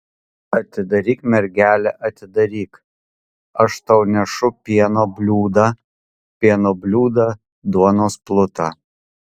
atidaryk mergele atidaryk aš tau nešu pieno bliūdą pieno bliūdą duonos plutą